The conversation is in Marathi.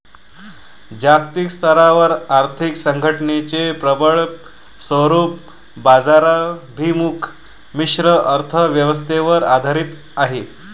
जागतिक स्तरावर आर्थिक संघटनेचे प्रबळ स्वरूप बाजाराभिमुख मिश्र अर्थ व्यवस्थेवर आधारित आहे